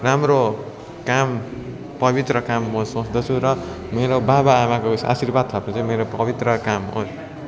राम्रो काम पवित्र काम म सोच्दछु र मेरो बाबा आमाको आशीर्वाद थाप्नु चाहिँ मेरो पवित्र काम हो